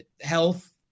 health